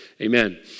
Amen